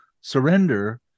surrender